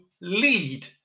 lead